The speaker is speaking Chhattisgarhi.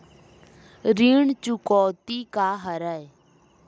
ऋण चुकौती का हरय?